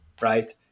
right